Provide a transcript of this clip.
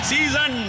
Season